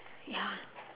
ya